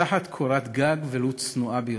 תחת קורת גג, ולו צנועה ביותר,